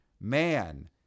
man